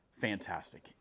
fantastic